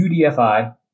UDFI